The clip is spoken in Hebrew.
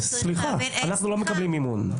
סליחה, אנחנו לא מקבלים מימון.